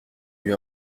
eut